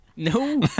No